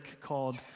called